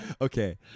Okay